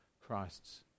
Christ's